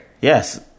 Yes